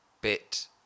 bit